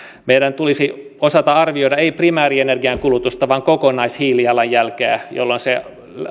meidän tulisi osata arvioida ei primäärienergian kulutusta vaan kokonaishiilijalanjälkeä jolloin se